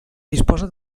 disposa